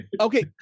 Okay